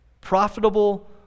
profitable